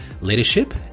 leadership